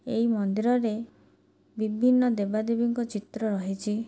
ଏଇ ମନ୍ଦିରରେ ବିଭିନ୍ନ ଦେବାଦେବୀଙ୍କ ଚିତ୍ର ରହିଛି